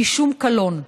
משום קלון".